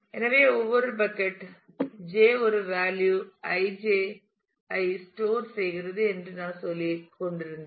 எனவே ஒவ்வொரு bucket j ஒரு வேலியூ ij ஐ ஸ்டோர் செய்கிறது என்று நான் சொல்லிக் கொண்டிருந்தேன்